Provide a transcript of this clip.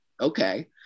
okay